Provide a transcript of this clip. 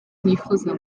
mwifuza